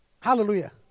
Hallelujah